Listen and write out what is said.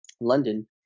london